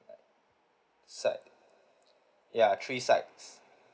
side ya three sides